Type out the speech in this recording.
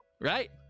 right